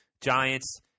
Giants